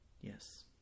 yes